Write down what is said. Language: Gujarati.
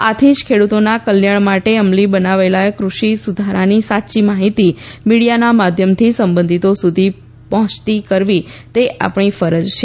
આથી જ ખેડૂતોના કલ્યાણ માટે અમલી બનાવેલા કૃષિ સુધારાની સાચી માહિતી મીડિયાના માધ્યમથી સંબંધિતો સુધી પહોંચતી કરવી તે આપણી ફરજ છે